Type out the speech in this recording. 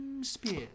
Spears